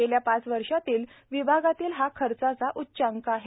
गेल्या पाच वर्षातील विभागातील खर्चाचा उच्चांक आहे